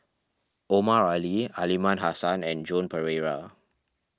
Omar Ali Aliman Hassan and Joan Pereira